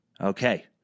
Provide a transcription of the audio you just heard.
Okay